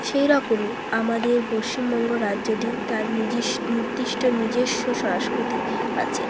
সেইরকমই আমাদের পশ্চিমবঙ্গ রাজ্যটি তার নির্দিষ্ট নিজস্ব সংস্কৃতি আছে